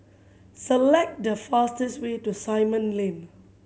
select the fastest way to Simon Lane